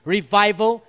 Revival